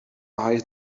buy